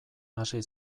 hasi